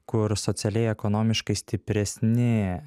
kur socialiai ekonomiškai stipresni